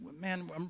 man